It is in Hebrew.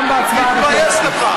לא כסגן יושב-ראש הכנסת.